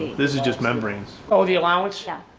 this is just membranes, oh, the allowance? yeah.